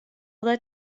that